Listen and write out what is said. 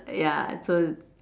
ya so